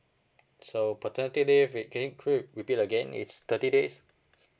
so paternity leave it can you plea~ re~ repeat again it's thirty days